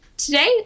Today